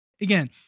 Again